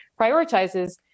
prioritizes